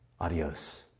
adios